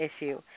issue